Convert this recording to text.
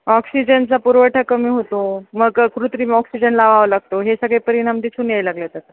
ऑक्सिजनचा पुरवठा कमी होतो मग कृत्रीम ऑक्सिजन लावावा लागतो हे सगळे परिणाम दिसून याय लागले आहेत आता